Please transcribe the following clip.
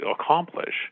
accomplish